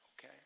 okay